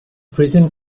prison